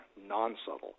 non-subtle